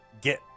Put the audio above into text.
get